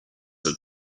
had